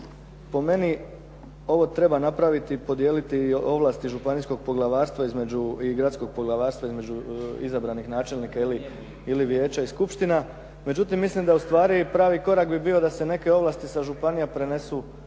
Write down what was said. po meni ovo treba napraviti i podijeliti ovlasti županijskog poglavarstva između i gradskog poglavarstva između izabranih načelnika ili vijeća i skupština. Međutim mislim da ustvari pravi korak bi bio da se neke ovlasti sa županija prenesu,